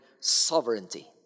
sovereignty